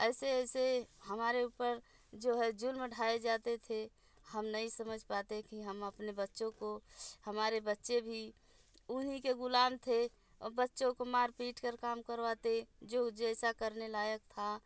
ऐसे ऐसे हमारे ऊपर जो है ज़ुल्म ढाए जाते थे हम नहीं समझ पाते थे हम अपने बच्चों को हमारे बच्चे भी उन्हीं के ग़ुलाम थे और बच्चों को मार पीट कर काम करवाते जो जैसा करने लायक था